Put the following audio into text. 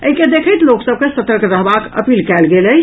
एहि के देखैत लोक सभ के सतर्क रहबाक अपील कयल गेल अछि